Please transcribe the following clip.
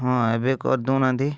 ହଁ ଏବେ କରି ଦେଉନାହାଁନ୍ତି